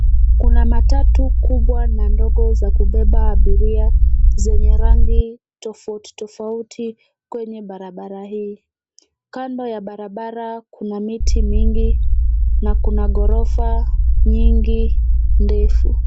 Kuna matatu kubwa na ndogo za kubeba abiria zenye rangi tofauti tofauti kwenye barabara hii. Kando ya barabara kuna miti mingi na kuna ghorofa nyingi ndefu.